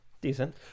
Decent